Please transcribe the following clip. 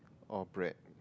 all black